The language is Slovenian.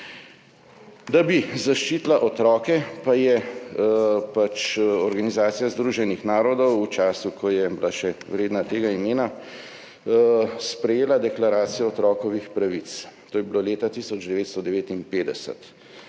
Da bi zaščitila otroke, pa je Organizacija združenih narodov v času, ko je bila še vredna tega imena, sprejela Deklaracijo o otrokovih pravicah, to je bilo leta 1959,